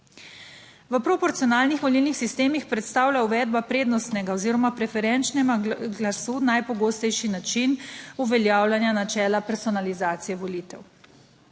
V proporcionalnih volilnih sistemih predstavlja uvedba prednostnega oziroma preferenčnega glasu najpogostejši način uveljavljanja načela personalizacije volitev.